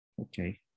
Okay